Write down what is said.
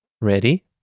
Ready